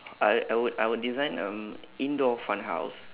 I I would I would design um indoor fun house